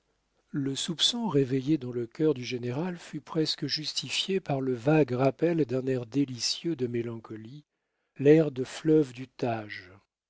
le soupçon réveillé dans le cœur du général fut presque justifié par le vague rappel d'un air délicieux de mélancolie l'air de fleuve du tage